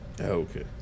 Okay